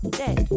dead